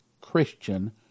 Christian